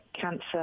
cancer